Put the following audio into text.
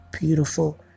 beautiful